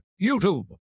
YouTube